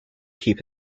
keep